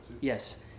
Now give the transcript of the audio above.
yes